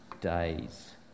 days